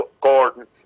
Gordon